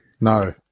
No